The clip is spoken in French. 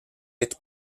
être